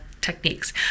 techniques